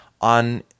on